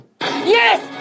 Yes